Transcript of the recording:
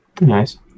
Nice